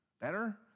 better